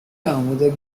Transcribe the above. அமுத